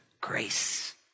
grace